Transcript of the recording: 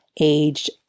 aged